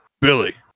Billy